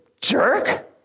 jerk